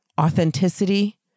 authenticity